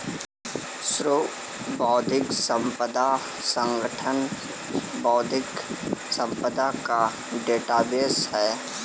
विश्व बौद्धिक संपदा संगठन बौद्धिक संपदा का डेटाबेस है